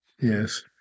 Yes